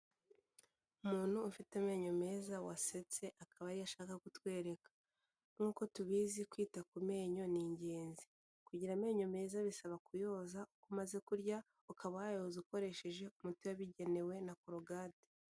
Umuntu ufite amenyo meza wasetse akaba ari yo ashaka kutwereka, nkuko tubizi kwita ku menyo ni ingenzi. Kugira amenyo meza bisaba kuyoza uko umaze kurya, ukaba wayoza ukoresheje umuti wabigenewe na korogate.